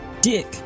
Dick